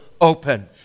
open